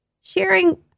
Sharing